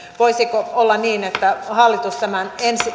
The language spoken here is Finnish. voisiko olla niin että hallitus tämän